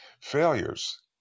failures